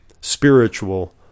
spiritual